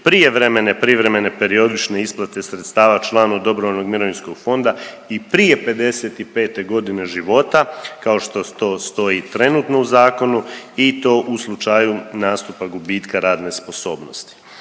prijevremene privremene periodične isplate sredstava članu dobrovoljnog mirovinskog fonda i prije 55 godine života kao što to stoji trenutno u zakonu i to u slučaju nastupa gubitka radne sposobnosti.